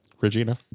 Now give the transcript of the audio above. Regina